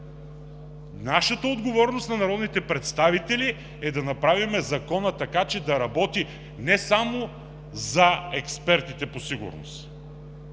Нашата отговорност – на народните представители, е да направим Закона така, че да работи не само за експертите по сигурност,